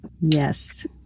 Yes